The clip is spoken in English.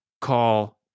call